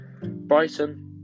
Brighton